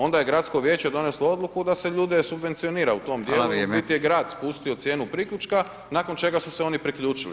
Onda je gradsko vijeće doneslo odluku da se ljude subvencionira u tom dijelu i u biti grad je spustio cijenu priključka nakon čega su se oni priključili.